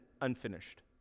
unfinished